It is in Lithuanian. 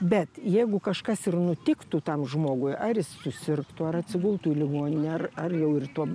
bet jeigu kažkas ir nutiktų tam žmogui ar jis susirgtų ar atsigultų į ligoninę ar ar jau ir tuo